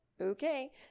okay